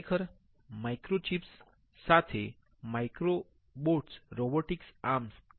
ખરેખર માઇક્રોચીપ્સ સાથે microrobots robotic arms